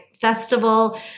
Festival